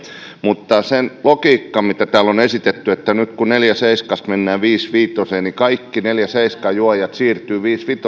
mutta se logiikka mitä täällä on esitetty että nyt kun neljästä pilkku seitsemästä mennään viiteen pilkku viiteen niin kaikki neljän pilkku seitsemän juojat siirtyvät viiden pilkku viiden